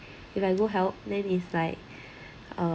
if I go help then is like um